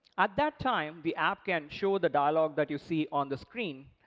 at that time, the app can show the dialog that you see on the screen,